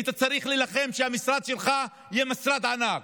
היית צריך להילחם שהמשרד שלך יהיה משרד ענק,